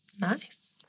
nice